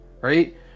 right